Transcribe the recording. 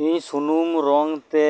ᱤᱧ ᱥᱩᱱᱩᱢ ᱨᱚᱝ ᱛᱮ